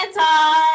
time